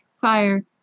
fire